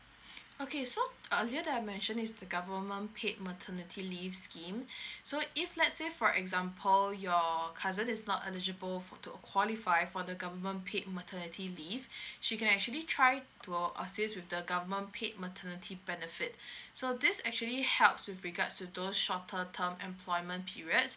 okay so earlier that I mentioned is the government paid maternity leave scheme so if let's say for example your cousin is not eligible for to qualify for the government paid maternity leave she can actually try to assist with the government paid maternity benefit so this actually helps with regards to those shorter term employment period